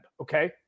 okay